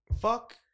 fuck